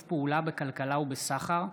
חוק חדלות פירעון ושיקום כלכלי (תיקון,